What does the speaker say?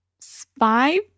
five